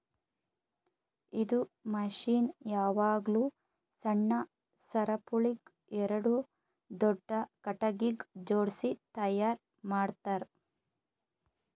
ಇದು ಮಷೀನ್ ಯಾವಾಗ್ಲೂ ಸಣ್ಣ ಸರಪುಳಿಗ್ ಎರಡು ದೊಡ್ಡ ಖಟಗಿಗ್ ಜೋಡ್ಸಿ ತೈಯಾರ್ ಮಾಡ್ತರ್